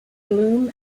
gloom